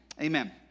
Amen